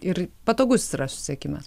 ir patogus yra susisiekimas